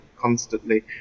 Constantly